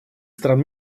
стран